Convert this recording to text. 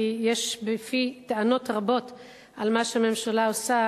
כי יש בפי טענות רבות על מה שהממשלה עושה